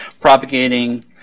propagating